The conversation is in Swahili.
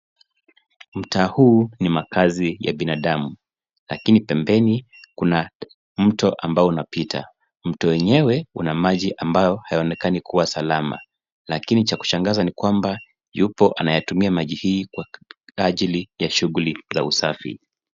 Mtaa huu ni makazi ya binadamu, lakini pembeni kuna mto ambo unapita. Mto yenyewe una maji ambayo hayaonekani kuwa salama. Lakini cha kushangaza ni kwamba yupo anayetumia maji hii kwa ajili ya shughuli za usafi.